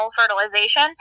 fertilization